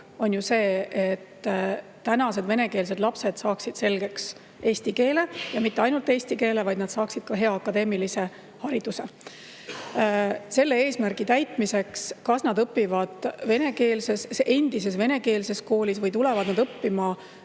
on ju see, et tänased venekeelsed lapsed saaksid selgeks eesti keele ja mitte ainult eesti keele, vaid et nad saaksid ka hea akadeemilise hariduse. Selle eesmärgi täitmiseks – kas nad õpivad endises venekeelses koolis või tulevad õppima